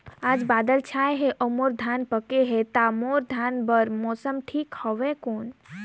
आज बादल छाय हे अउर मोर धान पके हे ता मोर धान बार मौसम ठीक हवय कौन?